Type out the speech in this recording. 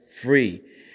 free